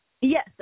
Yes